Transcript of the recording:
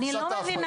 אני לא מבינה.